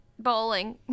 Bowling